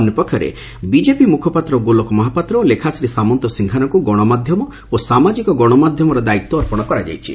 ଅନ୍ୟପକ୍ଷରେ ବି ମୁଖପାତ୍ର ଗୋଲୋକ ମହାପାତ୍ର ଓ ଲେଖାଶ୍ରୀ ସାମନ୍ତସିଂହାରଙ୍କୁ ଗଣମାଧ୍ଧମ ଓ ସାମାଜିକ ଗଣମାଧ୍ଧମର ଦାୟିତ୍ୱ ଅର୍ପଣ କରାଯାଇଛି